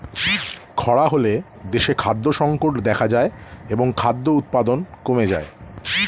খরা হলে দেশে খাদ্য সংকট দেখা যায় এবং খাদ্য উৎপাদন কমে যায়